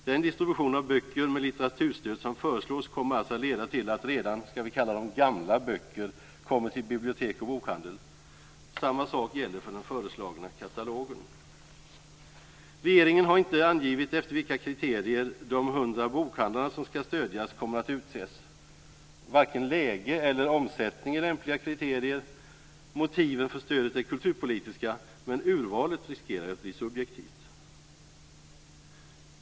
Den distribution av böcker med litteraturstöd som föreslås kommer alltså att leda till att redan "gamla" böcker kommer till bibliotek och bokhandel. Samma sak gäller för den föreslagna katalogen. Regeringen har inte angivit efter vilka kriterier som de 100 bokhandlarna som skall stödjas kommer att utses. Varken läge eller omsättning är lämpliga kriterier. Motiven för stödet är kulturpolitiska, men urvalet riskerar att bli subjektivt.